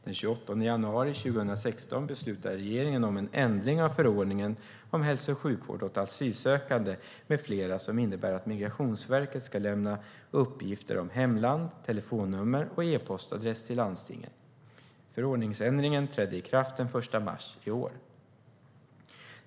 Den 28 januari 2016 beslutade regeringen om en ändring av förordningen om hälso och sjukvård åt asylsökande med flera som innebär att Migrationsverket ska lämna uppgifter om hemland, telefonnummer och e-postadress till landstingen. Förordningsändringen trädde i kraft den 1 mars i år.